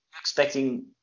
Expecting